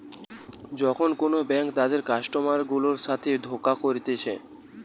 যখন কোন ব্যাঙ্ক তাদের কাস্টমার গুলার সাথে ধোকা করতিছে